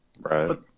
Right